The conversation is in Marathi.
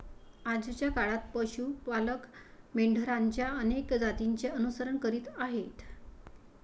आजच्या काळात पशु पालक मेंढरांच्या अनेक जातींचे अनुसरण करीत आहेत